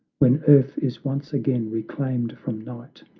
when earth is once again reclaimed from night,